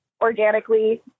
organically